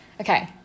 Okay